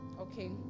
okay